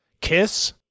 Kiss